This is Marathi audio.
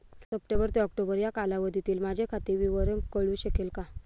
सप्टेंबर ते ऑक्टोबर या कालावधीतील माझे खाते विवरण कळू शकेल का?